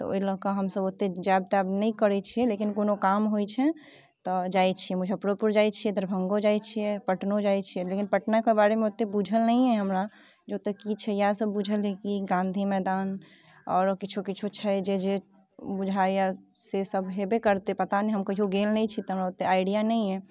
तऽ ओहि लऽकऽ हम सभ ओतेक जायब तायब नहि करैत छियै लेकिन कोनो काम होइत छै तऽ जाइत छियै मुजफ्फरोपुर जाइत छियै दरभङ्गो जाइत छियै पटनो जाइत छियै लेकिन पटनाके बारेमे ओतेक बुझल नहि अछि हमरा जे ओतऽ की छै इएह सभ बुझल अछि कि गाँधी मैदान आओरो किछु किछु छै जे जे बुझाइया से सभ होयबे करतै पता नहि हम कहियो गेल नहि छी तऽ हमरा ओतेक आइडिया नहि अछि